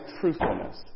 truthfulness